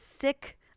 sick